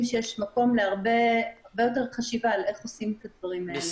שיש מקום להרבה חשיבה איך עושים את הדברים האלה.